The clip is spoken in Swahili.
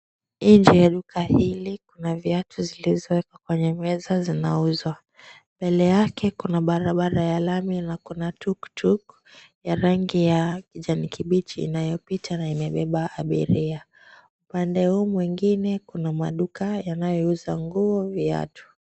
Nje ya duka hili kuna viatu zilizowekwa kwenye meza zinauzwa. Mbele yake kuna barabara ya lami na kuna tuktuk ya rangi ya kijani kibichi inayopita na imebeba abiria. Upande huu mwingine kuna maduka yanayouza nguo viatu.